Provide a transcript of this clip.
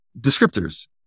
descriptors